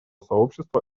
сообщества